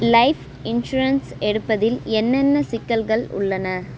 life insurance எடுப்பதில் என்னென்ன சிக்கல்கள் உள்ளன